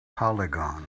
polygon